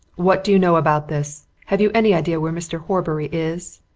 what do you know about this? have you any idea where mr. horbury is?